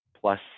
plus